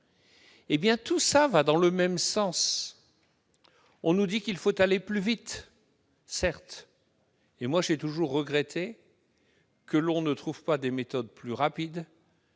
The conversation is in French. de 1985. Tout cela va dans le même sens. On nous dit qu'il faut aller plus vite. Pour ma part, j'ai toujours regretté que l'on ne trouve pas des méthodes plus rapides